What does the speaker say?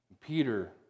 Peter